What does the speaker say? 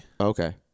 Okay